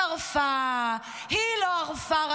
היא לא שרפה,